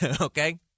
okay